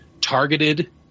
targeted